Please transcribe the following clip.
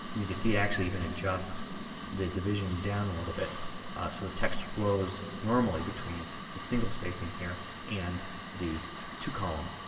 and you can see it actually even adjusts the division down a little bit so the text flows normally between the single column and here and the two column.